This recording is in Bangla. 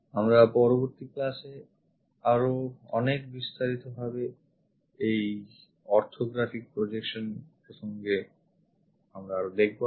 আমরা পরবর্তী classএ আরও অনেক বিস্তারিতভাবে এই orthographic projection প্রসঙ্গে আমরা দেখবো